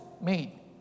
made